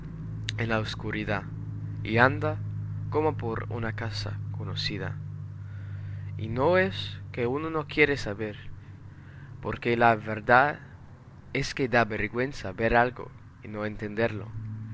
en la oscuridad y anda como por una casa conocida y no es que uno no quiere saber porque la verdad es que da vergüenza ver algo y no entenderlo